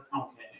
Okay